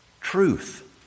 truth